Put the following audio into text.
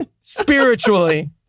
Spiritually